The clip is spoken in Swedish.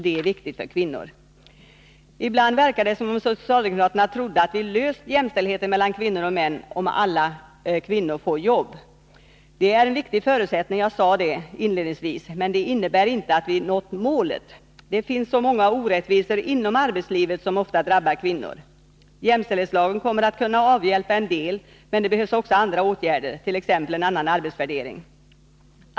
Det är viktigt för kvinnor. Ibland verkar det som om socialdemokraterna trodde att vi löst jämställdheten mellan kvinnor och män om alla kvinnor får jobb. Det är en viktig förutsättning — jag sade det inledningsvis — men det innebär inte att vi nått målet. Det finns så många orättvisor inom arbetslivet som ofta drabbar kvinnor. Jämställdhetslagen kommer att kunna avhjälpa en del, men det behövs också andra åtgärder, t.ex. en annan arbetsvärdering.